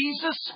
Jesus